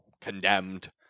condemned